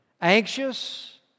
Anxious